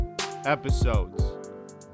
episodes